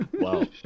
Wow